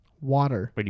Water